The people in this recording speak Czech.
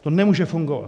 To nemůže fungovat.